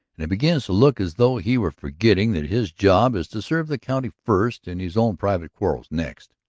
and it begins to look as though he were forgetting that his job is to serve the county first and his own private quarrels next.